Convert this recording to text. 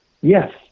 Yes